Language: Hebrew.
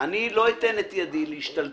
אני לא אתן את ידי להשתלטות.